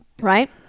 Right